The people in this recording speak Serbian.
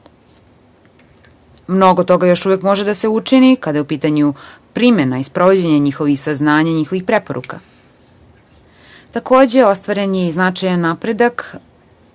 Mnogo toga još uvek može da se učini kada je u pitanju primena i sprovođenje njihovih saznanja i njihovih preporuka. Takođe, ostvaren je i značajan napredak